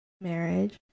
marriage